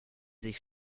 sich